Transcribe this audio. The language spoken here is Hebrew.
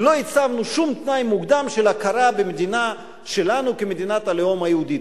לא הצבנו שום תנאי מוקדם של הכרה במדינה שלנו כמדינת הלאום היהודי,